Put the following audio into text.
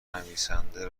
نویسنده